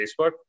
Facebook